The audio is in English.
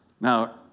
Now